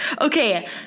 okay